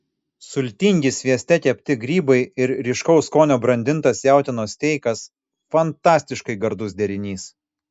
sultingi svieste kepti grybai ir ryškaus skonio brandintas jautienos steikas fantastiškai gardus derinys